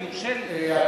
אם יורשה לי.